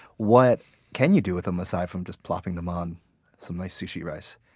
what can you do with them aside from just plopping them on some nice sushi rice?